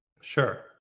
Sure